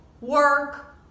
work